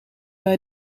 bij